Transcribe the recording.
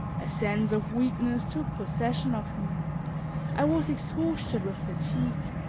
a sense of weakness took possession of me i was exhausted with fatigue.